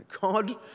God